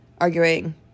arguing